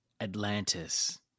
Atlantis